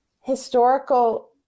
historical